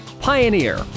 Pioneer